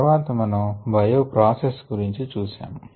తర్వాత మనము bio process గురించి చూశాము